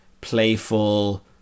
playful